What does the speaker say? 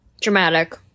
Dramatic